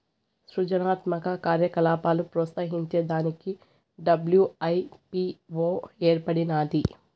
సృజనాత్మక కార్యకలాపాలు ప్రోత్సహించే దానికి డబ్ల్యూ.ఐ.పీ.వో ఏర్పడినాది